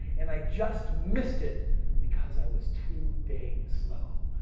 and i just missed it because i was too dang slow.